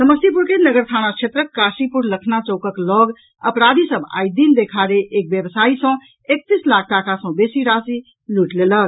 समस्तीपुर के नगर थाना क्षेत्रक काशीपुर लखना चौकक लऽग अपराधी सभ आइ दिन देखाड़े एक व्यवसायी सॅ एकतीस लाख टाका सॅ बेसी के राशि लूटि लेलक